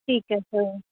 ਠੀਕ ਹੈ ਸਰ